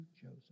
Joseph